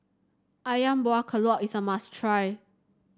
ayam Buah Keluak is a must try